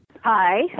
Hi